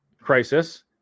crisis